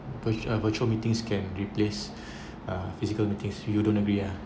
push a virtual meetings can replace uh physical meetings you don't agree ah